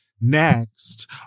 next